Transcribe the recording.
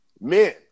men